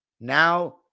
Now